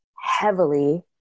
heavily